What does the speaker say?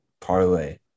parlay